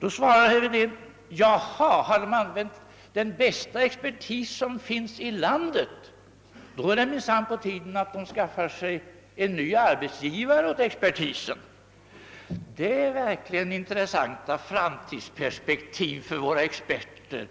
Herr Wedén sade då: Jaha, de har använt den bästa expertis som finns i landet och då är det minsann på tiden att expertisen får en ny arbetsgivare. Det är verkligen intressanta framtidsperspektiv för våra experter.